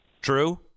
True